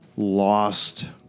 lost